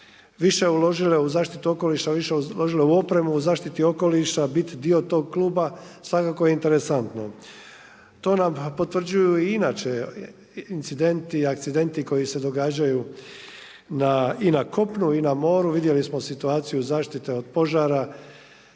više uložile u zaštitu okoliša, više uložile u opremu o zaštiti okoliša, bit dio tog kluba svakako je interesantno. To nam potvrđuju i inače incidenti i akcidenti koji se događaju i na kopnu i na moru. Vidjeli smo situaciju zaštite od požara